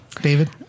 David